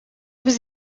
was